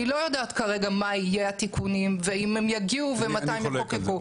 אני לא יודעת כרגע מה יהיו התיקונים ואם הם יגיעו ומתי הם יחוקקו.